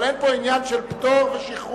אבל אין פה עניין של פטור ושחרור,